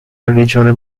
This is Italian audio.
religione